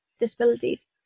disabilities